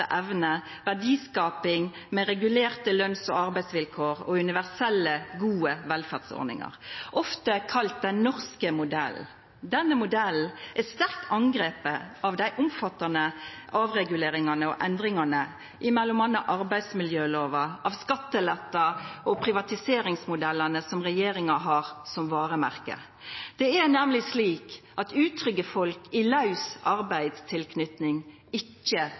etter evne, verdiskaping med regulerte løns- og arbeidsvilkår og universelle, gode velferdsordningar, ofte kalla den norske modellen. Denne modellen er sterkt angripen av dei omfattande avreguleringane og endringane i m.a. arbeidsmiljølova, skatteletter og privatiseringsmodellane som regjeringa har som varemerke. Det er nemleg slik at utrygge folk i laus arbeidstilknyting ikkje